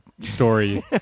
story